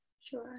Sure